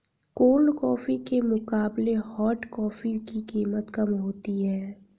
cold coffee के मुकाबले hot coffee की कीमत कम होती है